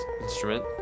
instrument